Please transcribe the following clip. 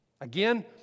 Again